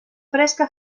fresca